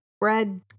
Red